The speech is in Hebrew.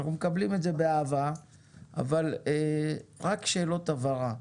אנחנו מקבלים את זה באהבה אבל רק שאלות הבהרה.